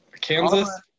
Kansas